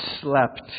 slept